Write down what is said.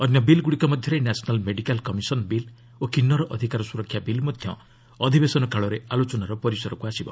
ଅନ୍ୟ ବିଲ୍ଗୁଡ଼ିକ ମଧ୍ୟରେ ନ୍ୟାସନାଲ୍ ମେଡିକାଲ୍ କମିଶନ୍ ବିଲ୍ ଓ କିନ୍ନର ଅଧିକାର ସୁରକ୍ଷା ବିଲ୍ ମଧ୍ୟ ଅଧିବେଶନ କାଳରେ ଆଲୋଚନାର ପରିସରକୁ ଆସିବ